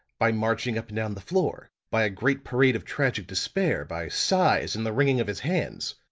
by marching up and down the floor. by a great parade of tragic despair by sighs and the wringing of his hands.